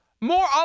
more